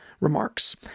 remarks